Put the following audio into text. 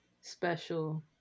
special